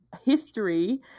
history